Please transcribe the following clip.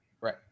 Right